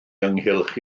ynghylch